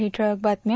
काही ठळक बातम्या